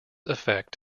effect